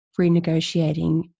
renegotiating